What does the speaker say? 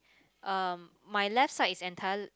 uh my left side is entire~